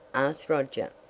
asked roger,